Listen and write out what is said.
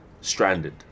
stranded